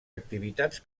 activitats